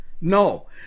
No